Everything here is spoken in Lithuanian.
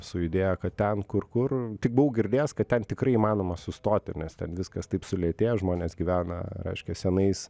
su idėja kad ten kur kur tik buvau girdėjęs kad ten tikrai įmanoma sustoti nes ten viskas taip sulėtėję žmonės gyvena reiškia senais